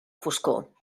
foscor